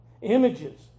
images